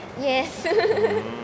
Yes